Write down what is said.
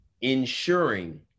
ensuring